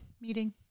meeting